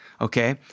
Okay